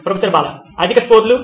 professor Bala అధిక స్కోర్లు